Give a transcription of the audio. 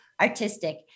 artistic